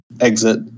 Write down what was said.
exit